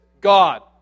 God